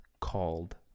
called